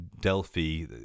Delphi